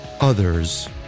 others